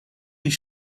die